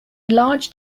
large